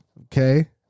Okay